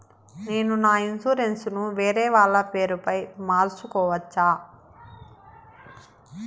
నేను నా ఇన్సూరెన్సు ను వేరేవాళ్ల పేరుపై మార్సుకోవచ్చా?